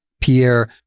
Pierre